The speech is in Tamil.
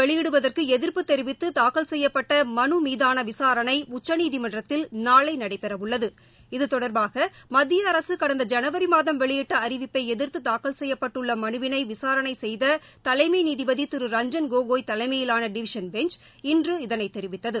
வெளியிடுவதற்குஎதிர்ப்பு தெரிவித்துதாக்கல் தேர்தல் பத்திரம் செய்யப்பட்டமனுமீதானவிசாரணைஉச்சநீதிமன்றத்தில் நாளைநடைபெறஉள்ளது தொடர்பாகமத்திய அரசுகடந்த ஐனவரிமாதம் வெளியிட்டஅறிவிப்பைஎதிர்த்துதாக்கல் இது செய்யப்பட்டுள்ளமனுவினைவிசாரணைசெய்ததலைமைநீதிபதிதிரு கோகோய் ரஞ்சன் தலைமையிலானடிவிசன் பெஞ்ச் இன்று இதனைதெரிவித்தது